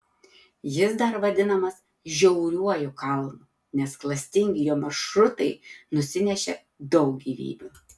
jis dar vadinamas žiauriuoju kalnu nes klastingi jo maršrutai nusinešė daug gyvybių